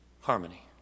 harmony